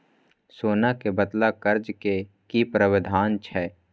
सोना के बदला कर्ज के कि प्रावधान छै?